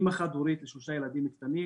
אימא חד-הורית לשלושה ילדים קטנים,